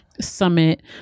summit